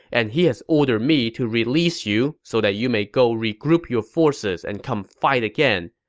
and he has ordered me to release you so that you may go regroup your forces and come fight again.